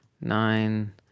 nine